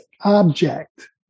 object